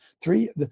three